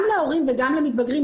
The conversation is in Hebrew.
גם להורים וגם למתבגרים.